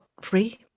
free